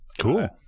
Cool